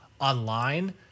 online